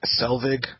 Selvig